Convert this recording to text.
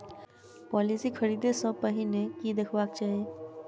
Policy खरीदै सँ पहिने की देखबाक चाहि?